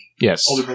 Yes